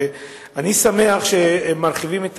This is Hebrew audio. ואני שמח שמרחיבים את